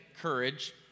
courage